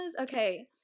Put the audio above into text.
okay